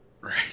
Right